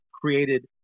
created